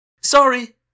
Sorry